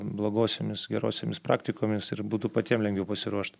blogosiomis gerosiomis praktikomis ir būtų patiem lengviau pasiruošt